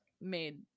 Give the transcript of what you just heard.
Made